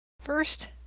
First